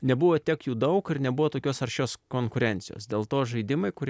nebuvo tiek jų daug ir nebuvo tokios aršios konkurencijos dėl to žaidimai kurie